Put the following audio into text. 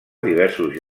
diversos